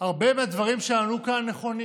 הרבה מהדברים שעלו כאן נכונים,